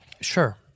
Sure